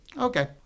Okay